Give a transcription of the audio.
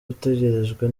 utegerejwe